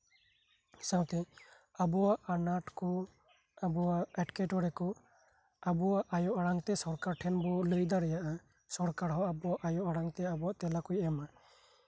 ᱥᱟᱶᱛᱮ ᱟᱵᱚᱣᱟᱜ ᱟᱱᱟᱴ ᱠᱚ ᱟᱵᱚᱣᱟᱜ ᱮᱸᱴᱠᱮᱴᱚᱬᱮ ᱠᱚ ᱟᱵᱚᱣᱟᱜ ᱟᱭᱳ ᱟᱲᱟᱝ ᱛᱮ ᱥᱚᱨᱠᱟᱨ ᱴᱷᱮᱱ ᱵᱚᱱ ᱞᱟᱹᱭ ᱫᱟᱲᱮᱭᱟᱜᱼᱟ ᱥᱚᱨᱠᱟᱨᱦᱚᱸ ᱟᱵᱳᱣᱟᱜ ᱟᱭᱳ ᱟᱲᱟᱝᱛᱮ ᱟᱵᱚᱣᱟᱜ ᱛᱮᱞᱟ ᱠᱚᱭ ᱮᱢᱟ